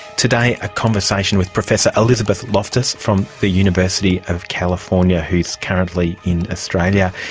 today, a conversation with professor elizabeth loftus from the university of california, who is currently in australia.